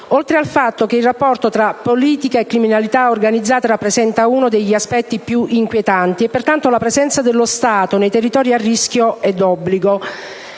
oltre al fatto che il rapporto tra politica e criminalità organizzata rappresenta uno degli aspetti più inquietanti. Pertanto, la presenza dello Stato nei territori a rischio è d'obbligo.